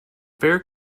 fare